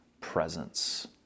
presence